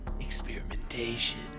experimentation